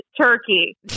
turkey